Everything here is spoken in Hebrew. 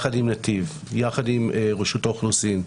נתיב, רשות האוכלוסין,